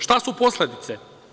Šta su posledice?